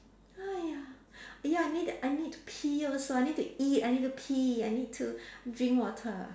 !haiya! ya I need I need to pee also I need to eat I need to pee I need to drink water